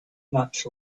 much